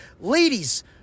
Ladies